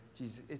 Jesus